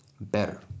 better